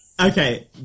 okay